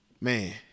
man